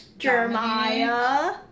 Jeremiah